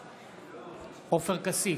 בעד עופר כסיף,